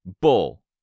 Bull